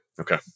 Okay